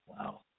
Wow